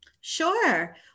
Sure